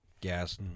gas